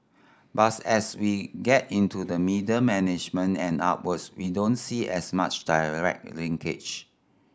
as we get into the middle management and upwards we don't see as much direct linkage